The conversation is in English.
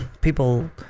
people